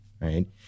Right